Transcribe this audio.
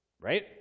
Right